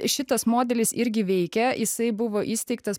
šitas modelis irgi veikia jisai buvo įsteigtas